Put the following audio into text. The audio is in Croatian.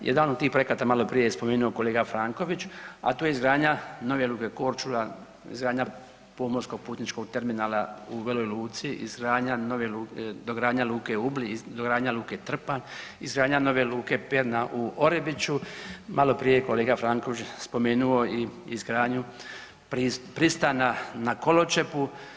Jedan od tih projekata maloprije je spomenuo kolega Franković, a to je izgradnja nove luke Korčula, izgradnja pomorsko-putničkog terminala u Veloj Luci, izgradnja nove luke, dogradnja luke Ubli, dogradnja luke Trpanj, izgradnja nove luke Perna u Orebiću, maloprije je kolega Franković spomenuo i izgradnju pristana na Koločepu.